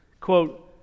quote